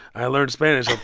i learned spanish.